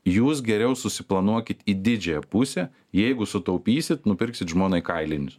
jūs geriau susiplanuokit į didžiąją pusę jeigu sutaupysit nupirksit žmonai kailinius